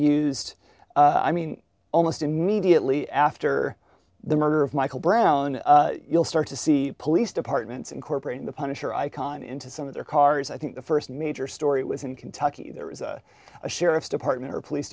used i mean almost immediately after the murder of michael brown you'll start to see police departments incorporating the punisher icon into some of their cars i think the first major story was in kentucky there is a sheriff's department or police